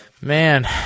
Man